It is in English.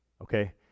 okay